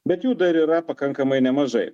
bet jų dar yra pakankamai nemažai